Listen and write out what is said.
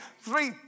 three